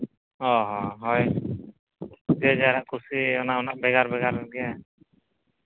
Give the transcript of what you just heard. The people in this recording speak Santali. ᱚ ᱦᱚᱸ ᱦᱳᱭ ᱡᱮ ᱡᱟᱨᱟᱜ ᱠᱩᱥᱤ ᱚᱱᱟ ᱚᱱᱟ ᱵᱷᱮᱜᱟᱨ ᱵᱷᱮᱜᱟᱨ ᱜᱮᱭᱟ